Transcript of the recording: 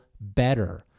better